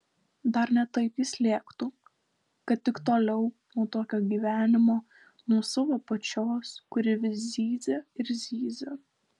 dar ne taip jis lėktų kad tik toliau nuo tokio gyvenimo nuo savo pačios kuri vis zyzia ir zyzia